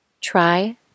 Try